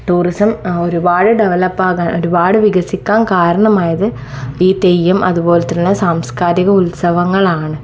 tourism ഒരുപാട് ഡെവലപ്പാകാൻ ഒരുപാട് വികസിക്കാൻ കാരണമായത് ഈ തെയ്യം അതുപോലെ തന്നെ സാംസ്കാരിക ഉത്സവങ്ങളാണ്